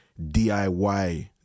DIY